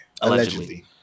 Allegedly